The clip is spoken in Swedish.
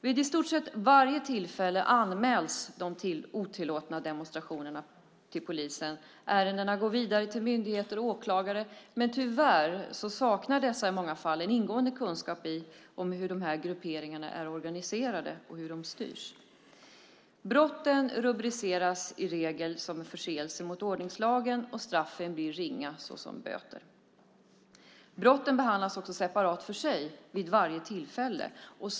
Vid i stort sett varje tillfälle anmäls de otillåtna demonstrationerna till polisen. Ärendena går vidare till myndigheter och åklagare. Men tyvärr saknar dessa i många fall en ingående kunskap om hur de här grupperingarna är organiserade och hur de styrs. Brotten rubriceras i regel som förseelse mot ordningslagen, och straffen blir ringa, såsom böter. Brotten behandlas också separat, vid varje tillfälle.